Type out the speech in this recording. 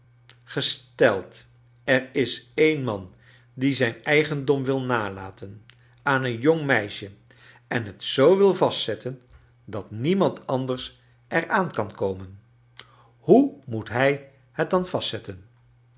gesteld er is een man die zijn eigendom wil nalaten aan een jong meisje en het z wil vastzetten dat niemand anders er aan kan komen hoe rnoet hij het dan vastzettenr